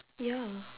ya